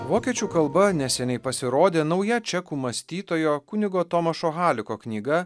vokiečių kalba neseniai pasirodė nauja čekų mąstytojo kunigo tomašo haliko knyga